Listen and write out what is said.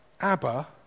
Abba